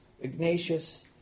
Ignatius